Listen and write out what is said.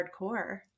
hardcore